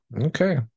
Okay